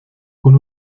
con